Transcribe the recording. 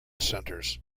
centres